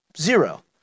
Zero